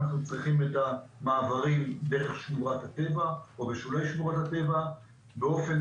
אנחנו צריכים את המעברים דרך שמורת הטבע או בשולי שמורת הטבע באופן